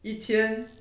一天